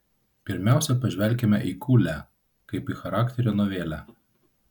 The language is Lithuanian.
pirmiausia pažvelkime į kūlę kaip į charakterio novelę